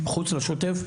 מחוץ לשוטף,